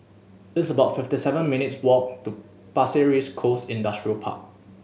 it's about fifty seven minutes' walk to Pasir Ris Coast Industrial Park